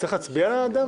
צריך להצביע על זה?